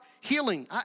healing